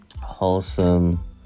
wholesome